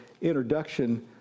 introduction